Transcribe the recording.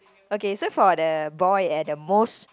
okay so for the boy at the most